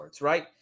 right